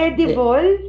Edible